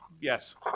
Yes